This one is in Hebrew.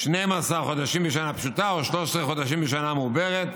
12 חודשים בשנה פשוטה או 13 חודשים בשנה מעוברת,